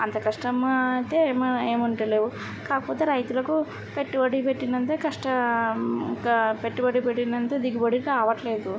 అంత కష్టమా అయితే ఏమి ఉంటలేవు కాకపోతే రైతులకు పెట్టుబడి పెట్టినంత కష్టం గా పెట్టుబడి పెట్టినంత దిగుబడి రావట్లేదు